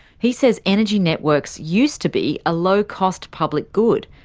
he says energy networks used to be a low-cost, public good,